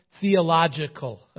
theological